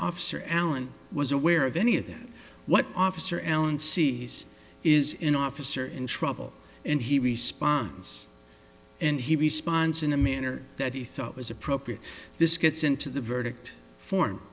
officer allen was aware of any of them what officer allen c s is an officer in trouble and he responds and he responds in a manner that he thought was appropriate this gets into the verdict form